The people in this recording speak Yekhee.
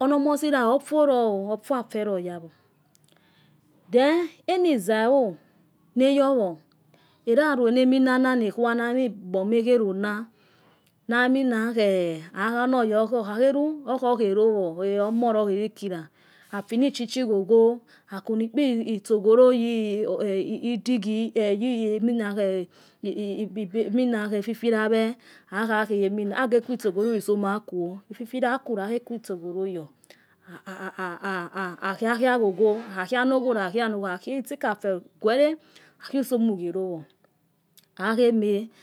ono-omosi la ofolao. ofua ofelo yawo. then en zaiuo nayowo. elalua na minana. nakhuana ni. ikpama ekhekuna. okhakhelu. okhekhe lowo. okho omor lohikila afin. chichi ghogho. akunisohoro yo idigi. age kua soko vo usomi akuo ififila. aku lakhe kwi sokori yo akia kua ghogho ikhakhi itsikafe guera akia usomu gie lowo